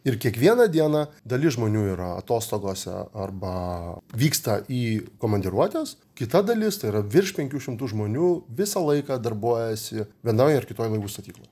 ir kiekvieną dieną dalis žmonių yra atostogose arba vyksta į komandiruotes kita dalis tai yra virš penkių šimtų žmonių visą laiką darbuojasi vienoj ar kitoj laivų statykloj